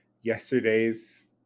yesterday's